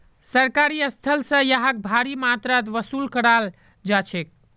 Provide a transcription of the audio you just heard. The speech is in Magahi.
सरकारी स्थल स यहाक भारी मात्रात वसूल कराल जा छेक